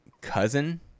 cousin